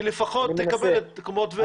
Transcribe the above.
שהיא לפחות תקבל כמו טבריה.